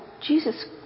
Jesus